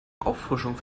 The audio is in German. auffrischung